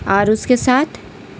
اور اس کے ساتھ